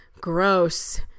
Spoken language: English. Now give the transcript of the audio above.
gross